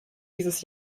dieses